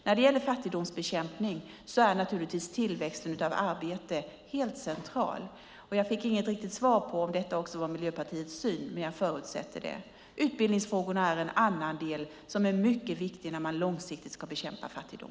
När det gäller fattigdomsbekämpning är tillväxten av arbete helt central. Jag fick inget riktigt svar på om detta också var Miljöpartiets syn. Men jag förutsätter det. Utbildningsfrågorna är en annan del som är viktig när man långsiktigt ska bekämpa fattigdom.